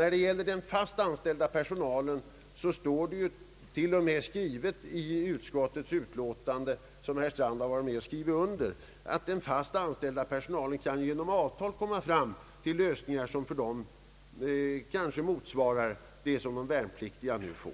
När det gäller fast anställd personal står det t.o.m. i utskottets utlåtande, som herr Strand har varit med om att skriva under, att den fast anställda personalen kan genom avtal komma fram till lösningar som för den kanske motsvarar det som de värnpliktiga nu får.